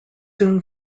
soon